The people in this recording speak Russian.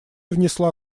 внесла